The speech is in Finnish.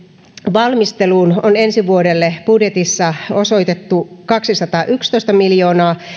valmisteluun on ensi vuodelle budjetissa osoitettu kaksisataayksitoista miljoonaa